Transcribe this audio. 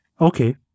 Okay